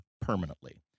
permanently